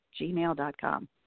gmail.com